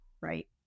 right